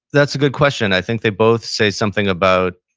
that's a good question. i think they both say something about,